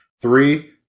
Three